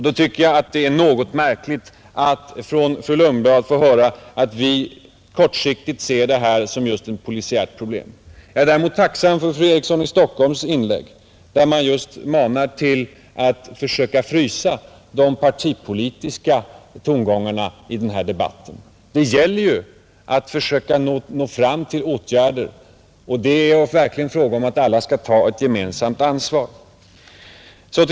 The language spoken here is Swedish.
Då tycker jag det är något märkligt att från fru Lundblad få höra att vi kortsiktigt ser detta som ett polisiärt problem. Jag är däremot tacksam för fru Erikssons i Stockholm inlägg, där hon manar till att försöka frysa de partipolitiska tongångarna i den här debatten. Det gäller ju att försöka nå fram till åtgärder, och det är verkligen fråga om att alla skall ta ett gemensamt ansvar.